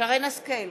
שרן השכל,